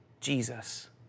Jesus